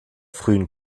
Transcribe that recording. frühen